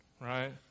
right